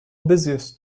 busiest